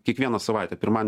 kiekvieną savaitę pirmadienį